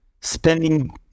spending